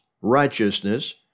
righteousness